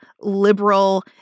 liberal